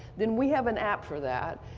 then we have an app for that.